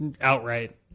outright